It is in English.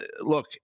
look